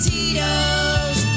Tito's